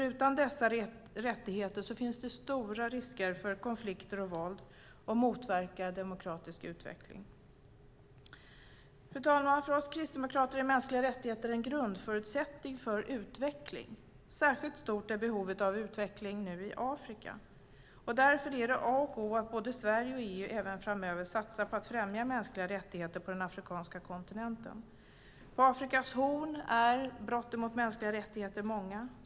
Utan dessa rättigheter finns det stora risker för konflikter och våld, och en risk för att demokratisk utveckling motverkas. Fru talman! För oss kristdemokrater är mänskliga rättigheter en grundförutsättning för utveckling. Särskilt stort är behovet av utveckling i Afrika. Därför är det A och 0 att både Sverige och EU även framöver satsar på att främja mänskliga rättigheter på den afrikanska kontinenten. På Afrikas horn är brotten mot mänskliga rättigheter många.